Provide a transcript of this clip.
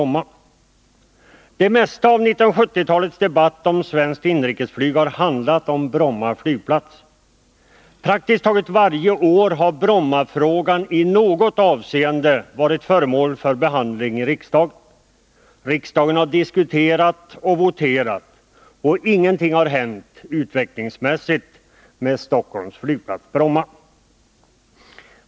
Det mesta av 1970-talets debatt om svenskt inrikesflyg har handlat om Bromma flygplats. Praktiskt taget varje år har Brommafrågan i något avseende varit föremål för behandling i riksdagen. Riksdagen har diskuterat och voterat. Och ingenting har hänt — utvecklingsmässigt — med Stockholms flygplats Bromma.